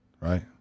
right